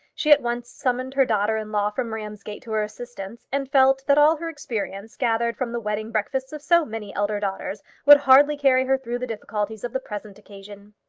she at once summoned her daughter-in-law from ramsgate to her assistance, and felt that all her experience, gathered from the wedding breakfasts of so many elder daughters, would hardly carry her through the difficulties of the present occasion.